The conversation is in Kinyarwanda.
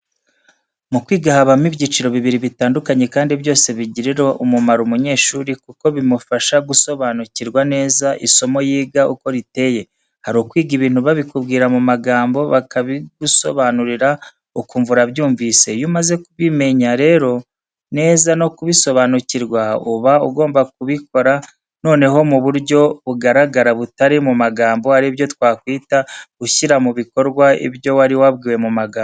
Mu kwiga habamo ibyiciro bibiri bitandukanye kandi byose bigirira umumaro umunyeshuri kuko bimufasha gusobanukirwa neza isomo yiga uko riteye. Hari ukwiga ibintu babikubwira mu magambo bakabigusabanurira ukumva urabyumvise, iyo umaze kubimenya rero neza no kubisobanukirwa uba ugomba kubikora noneho mu buryo bugaragara butari mu magambo ari byo twakwita gushyira mu bikorwa ibyo wari wabwiwe mu magambo.